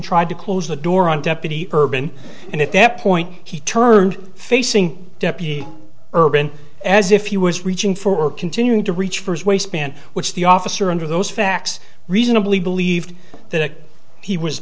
tried to close the door on deputy urban and at that point he turned facing deputy urban as if you was reaching for continuing to reach for his waistband which the officer under those facts reasonably believed that he was